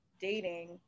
dating